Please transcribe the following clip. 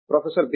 professor B